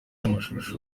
n’amashusho